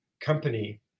company